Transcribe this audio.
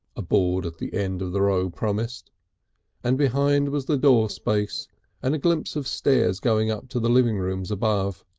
a board at the end of the row promised and behind was the door space and a glimpse of stairs going up to the living rooms above.